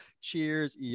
Cheers